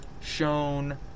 shown